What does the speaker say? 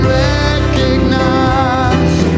recognize